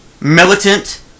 militant